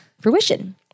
fruition